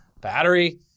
battery